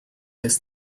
this